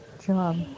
job